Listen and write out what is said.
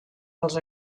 pels